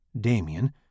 Damien